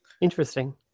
Interesting